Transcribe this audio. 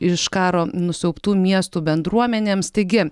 iš karo nusiaubtų miestų bendruomenėms taigi